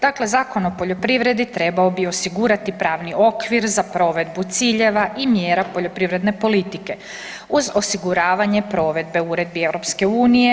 Dakle, Zakon o poljoprivredi trebao bi osigurati pravni okvir za provedbu ciljeva i mjera poljoprivredne politike uz osiguravanje provedbe uredbi EU.